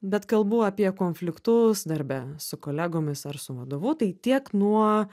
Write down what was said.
bet kalbu apie konfliktus darbe su kolegomis ar su vadovu tai tiek nuo